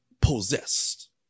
possessed